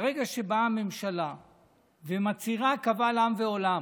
באה ממשלה ומצהירה קבל עם ועולם: